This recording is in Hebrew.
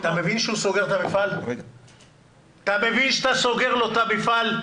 אתה מבין שהוא סוגר את המפעל?